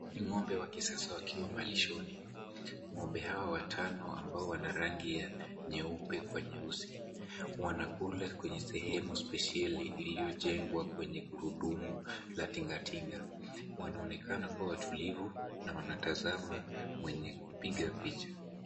Ni ng'ombe wa kisasa wakiwa malishoni. Ng'ombe hawa watano ambao wana rangi ya nyeupe kwa nyeusi, wanakula kwenye sehemu spesheli iliyojengwa kwenye gurudumu la tingatinga. Wanaonekana kuwa watulivu na wanatazama mwenye kupiga picha.